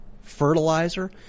fertilizer